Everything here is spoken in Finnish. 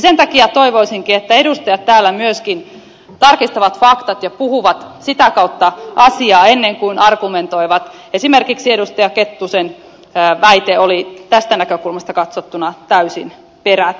sen takia toivoisinkin että edustajat täällä myöskin tarkistavat faktat ja puhuvat sitä kautta asiaa ennen kuin argumentoivat esimerkiksi edustaja kettusen väite oli tästä näkökulmasta katsottuna täysin perätön